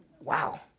Wow